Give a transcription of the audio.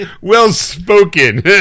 Well-spoken